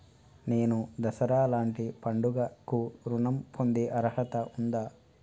నేను దసరా లాంటి పండుగ కు ఋణం పొందే అర్హత ఉందా?